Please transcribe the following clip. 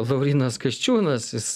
laurynas kasčiūnas jis